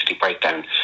breakdown